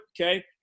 Okay